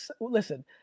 Listen